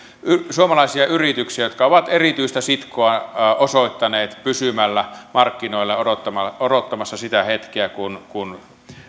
suomalaisia yrityksiä jotka ovat erityistä sitkoa osoittaneet pysymällä markkinoilla odottamassa sitä hetkeä kun kun